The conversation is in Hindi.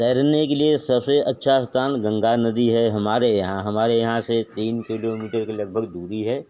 तैरने के लिए सब से अच्छा स्थान गंगा नदी है हमारे यहाँ हमारे यहाँ से तीन किलोमीटर के लगभग दूरी है